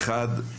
האחד,